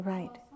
Right